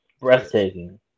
Breathtaking